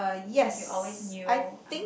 like you always knew